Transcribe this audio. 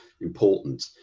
important